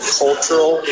cultural